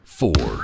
four